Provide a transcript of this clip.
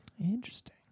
Interesting